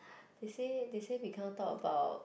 they say they say we can't talk about